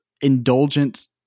indulgent